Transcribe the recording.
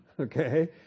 okay